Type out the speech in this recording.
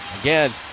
Again